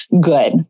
good